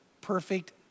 perfect